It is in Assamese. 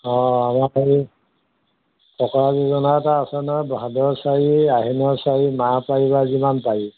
অঁ আমাৰ হেৰি ফকৰা যোজনা এটা আছে নহয় ভাদৰ চাৰি আহিনৰ চাৰি মাহ পাৰিবা যিমান পাৰি